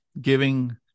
giving